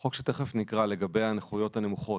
החוק שתכף נקרא לגבי הנכויות הנמוכות,